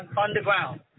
Underground